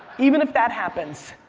even if that happens,